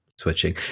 switching